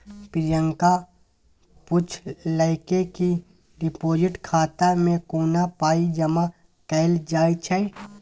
प्रियंका पुछलकै कि डिपोजिट खाता मे कोना पाइ जमा कयल जाइ छै